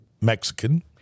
Mexican